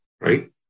right